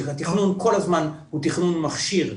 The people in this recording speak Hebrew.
שהתכנון כל הזמן הוא תכנון מכשיר,